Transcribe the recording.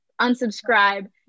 unsubscribe